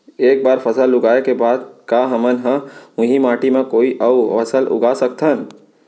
एक बार फसल उगाए के बाद का हमन ह, उही माटी मा कोई अऊ फसल उगा सकथन?